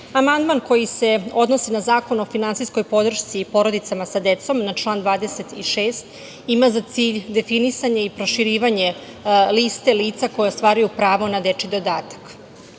amandman koji se odnosi na Zakon o finansijskom podršci porodicama sa decom na član 26. ima za cilj definisanje i proširivanje liste lica koja ostvaruju pravo na dečiji